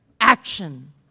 action